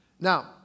Now